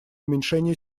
уменьшения